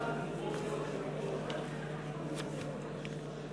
קבוצת סיעת העבודה, קבוצת